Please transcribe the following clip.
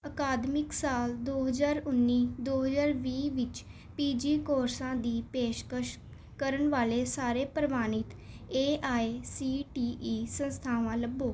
ਅਕਾਦਮਿਕ ਸਾਲ ਦੋ ਹਜ਼ਾਰ ਉੱਨੀ ਦੋ ਹਜ਼ਾਰ ਵੀਹ ਵਿੱਚ ਪੀ ਜੀ ਕੋਰਸਾਂ ਦੀ ਪੇਸ਼ਕਸ਼ ਕਰਨ ਵਾਲੇ ਸਾਰੇ ਪ੍ਰਵਾਨਿਤ A I C T E ਸੰਸਥਾਵਾਂ ਲੱਭੋ